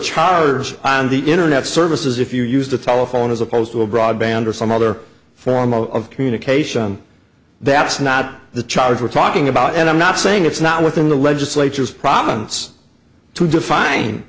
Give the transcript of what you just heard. charge on the internet services if you used a telephone as opposed to a broadband or some other form of communication that's not the charge we're talking about and i'm not saying it's not within the legislature's problems to define